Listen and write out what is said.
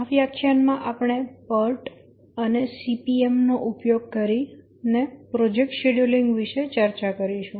આ વ્યાખ્યાનમાં આપણે PERT અને CPM નો ઉપયોગ કરીને પ્રોજેક્ટ શેડ્યુલીંગ વિશે ચર્ચા કરીશું